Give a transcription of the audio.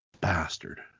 bastard